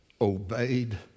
obeyed